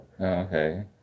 okay